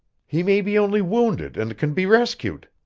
he may be only wounded and can be rescued.